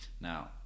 Now